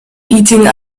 eating